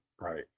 right